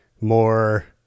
more